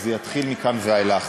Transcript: וזה יתחיל מכאן ואילך.